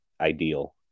ideal